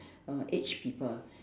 err aged people